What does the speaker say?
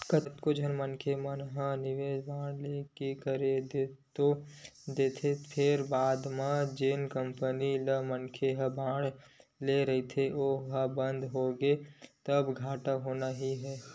कतको झन मनखे मन निवेस बांड लेके कर तो देथे फेर बाद म जेन कंपनी ले मनखे ह बांड ले रहिथे ओहा बंद होगे तब घाटा होना ही हे